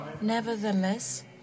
Nevertheless